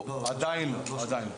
עדיין לא.